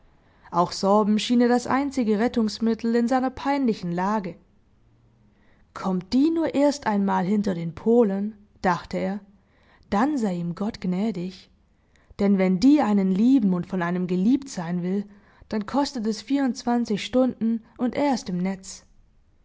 auch sorben schien er das einzige rettungsmittel in seiner peinlichen lage kommt die nur erst einmal hinter den polen dachte er dann sei ihm gott gnädig denn wenn die einen lieben und von einem geliebt sein will dann kostet es vierundzwanzig stunden und er ist im netz